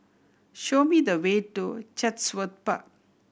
show me the way to Chatsworth Park